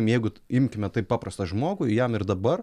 jeigu imkime taip paprastą žmogų jam ir dabar